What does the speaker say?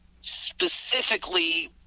specifically